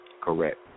Correct